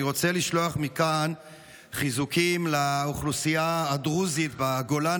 אני רוצה לשלוח מכאן חיזוקים לאוכלוסייה הדרוזית בגולן,